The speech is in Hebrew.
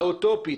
האוטופית,